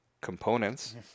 components